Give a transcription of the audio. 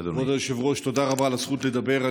כבוד היושב-ראש, תודה רבה על הזכות לדבר.